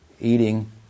Eating